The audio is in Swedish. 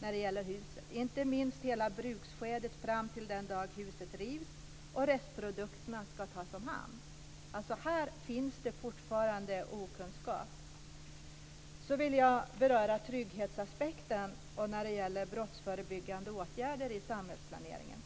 när det gäller hus, inte minst hela bruksskedet fram till den dag huset rivs och restprodukterna ska tas om hand. Här finns det alltså fortfarande okunskap. Sedan vill jag beröra trygghetsaspekten och brottsförebyggande åtgärder i samhällsplaneringen.